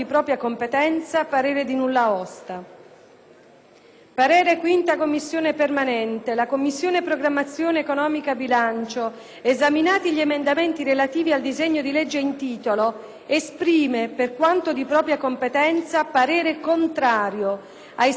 parere di nulla osta». «La Commissione programmazione economica, bilancio, esaminati gli emendamenti relativi al disegno di legge finanziaria, esprime, per quanto di propria competenza, parere contrario, ai sensi dell'articolo 81 della Costituzione,